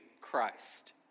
Christ